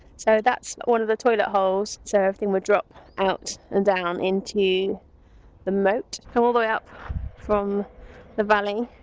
so that's one of the toilet holes, so everything would drop out and down into the moat and all the way up from the valley,